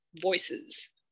voices